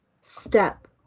Step